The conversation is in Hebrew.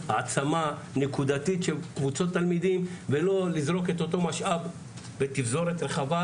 העצמה נקודתית של קבוצות תלמידים ולא לזרוק את אותו משאב בתפזורת רחבה,